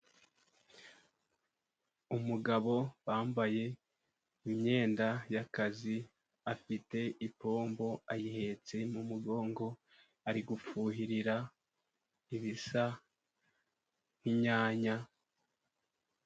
Umugabo wambaye imyenda y'akazi afite ipombo ayihetse mu mugongo. Ari gufuhirira ibisa nk'inyanya.